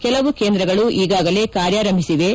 ಕೆಲವು ಕೇಂದ್ರಗಳು ಈಗಾಗಲೇ ಕಾರ್ಯಾರಂಭಿಸಿವೆ